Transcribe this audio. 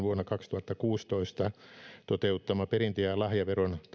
kaksituhattakuusitoista toteuttama perintö ja lahjaveron tasokevennys pysyy